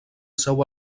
seu